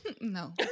No